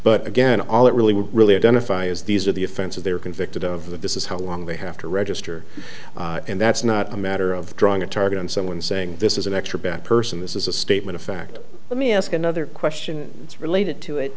but again all it really would really identify is these are the offenses they're convicted of this is how long they have to register and that's not a matter of drawing a target on someone saying this is an extra bad person this is a statement of fact let me ask another question related to